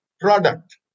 product